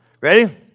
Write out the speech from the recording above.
Ready